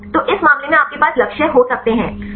सही तो इस मामले में आपके पास लक्ष्य हो सकते हैं